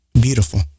beautiful